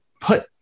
put